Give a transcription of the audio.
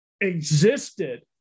existed